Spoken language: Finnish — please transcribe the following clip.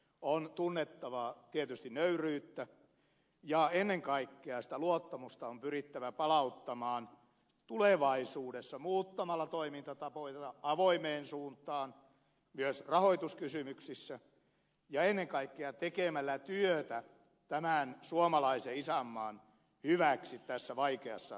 on tunnettava tietysti nöyryyttä ja ennen kaikkea sitä luottamusta on pyrittävä palauttamaan tulevaisuudessa muuttamalla toimintatapoja avoimeen suuntaan myös rahoituskysymyksissä ja ennen kaikkea tekemällä työtä tämän suomalaisen isänmaan hyväksi tässä vaikeassa taloudellisessa tilanteessa